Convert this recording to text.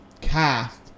cast